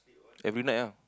every night ah